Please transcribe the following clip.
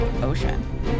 Ocean